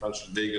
מפעל של בייגל,